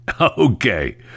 Okay